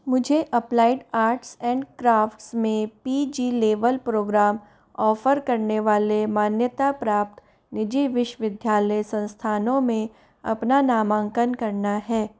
मुझे applied arts and crafts में P G level programme offer करने वाले मान्यता प्राप्त निजी विश्वविद्यालय संस्थानों में अपना नामांकन करना है